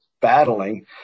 battling